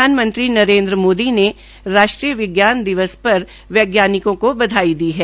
प्रधानमंत्री नरेन्द्र मोदी ने राष्ट्रीय विज्ञान दिवस पर वैज्ञानिकों को बधाई दी है